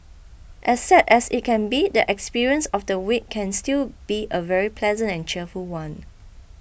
as sad as it can be the experience of the wake can still be a very pleasant and cheerful one